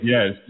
Yes